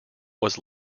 was